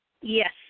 Yes